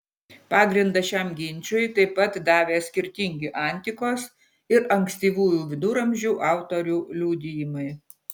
pagrindą šiam ginčui taip pat davė skirtingi antikos ir ankstyvųjų viduramžių autorių liudijimai